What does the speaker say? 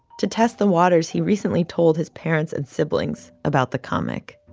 to test the waters, he recently told his parents and siblings about the comic.